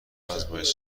آزمایش